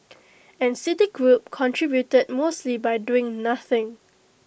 and citigroup contributed mostly by doing nothing